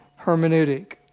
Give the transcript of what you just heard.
hermeneutic